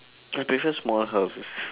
I prefer small houses